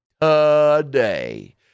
Today